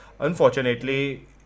Unfortunately